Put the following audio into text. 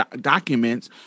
documents